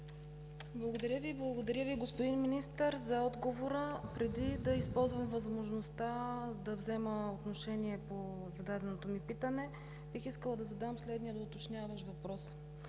Благодаря Ви. Благодаря Ви, господин Министър, за отговора. Преди да използвам възможността да взема отношение по питането ми, бих искала да задам следния уточняващ въпрос.